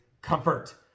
comfort